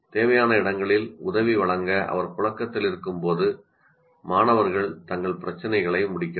தேவையான இடங்களில் உதவி வழங்க அவர் புழக்கத்தில் இருக்கும்போது மாணவர்கள் தங்கள் பிரச்சினைகளை முடிக்கிறார்கள்